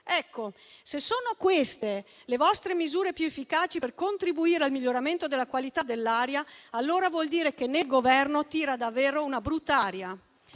Ecco, se sono queste le vostre misure più efficaci per contribuire al miglioramento della qualità dell'aria, allora vuol dire che nel Governo tira davvero una brutta aria.